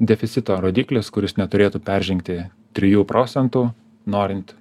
deficito rodiklis kuris neturėtų peržengti trijų procentų norint